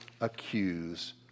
accuse